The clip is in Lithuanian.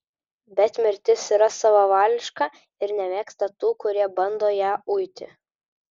bet mirtis yra savavališka ir nemėgsta tų kurie bando ją uiti